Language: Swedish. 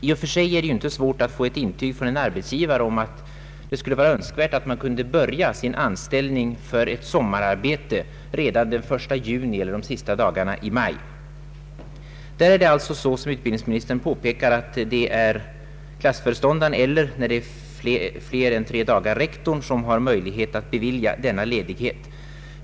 I och för sig är det inte svårt att få intyg från en arbetsgivare om att det skulle vara önskvärt att vederbörande elev kunde börja sin anställning för ett sommararbete redan den 1 juni eller de sista dagarna i maj. Det är, som utbildningsministern påminde om, klassföreståndaren eller, om det gäller mer än tre dagar, rektorn som har möjlighet att bevilja denna ledighet.